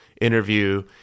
interview